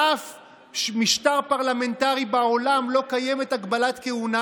באף משטר פרלמנטרי בעולם לא קיימת הגבלת כהונה,